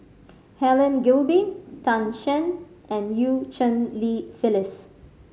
Helen Gilbey Tan Shen and Eu Cheng Li Phyllis